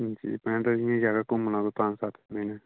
हां जी पैंड आह्लियें जगह घूमना कोई पंज सत्त दिने